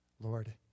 Lord